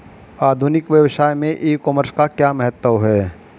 आधुनिक व्यवसाय में ई कॉमर्स का क्या महत्व है?